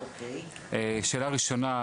שאלה ראשונה,